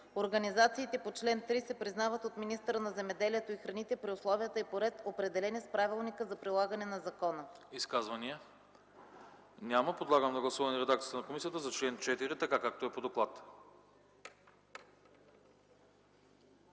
Организациите по чл. 3 се признават от министъра на земеделието и храните при условията и по ред, определени с Правилника за прилагане на закона.” ПРЕДСЕДАТЕЛ АНАСТАС АНАСТАСОВ: Изказвания? Няма. Подлагам на гласуване редакцията на комисията за чл. 4, както е по доклада.